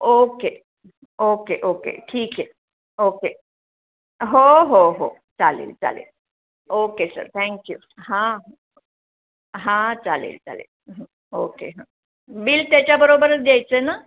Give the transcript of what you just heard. okay okay okay ठीक आहे okay हो हो हो चालेल चालेल ओके सर थँक्यू हां हां चालेल चालेल ओके हां बिल त्याच्याबरोबरच द्यायचं ना